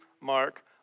Mark